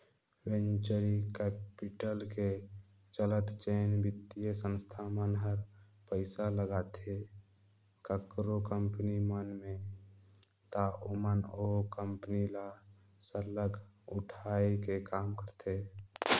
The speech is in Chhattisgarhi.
वेंचरी कैपिटल के चलत जेन बित्तीय संस्था मन हर पइसा लगाथे काकरो कंपनी मन में ता ओमन ओ कंपनी ल सरलग उठाए के काम करथे